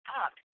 up